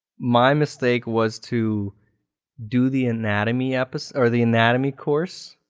my mistake was to do the anatomy apis or the anatomy course